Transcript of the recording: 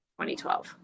2012